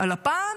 על אפם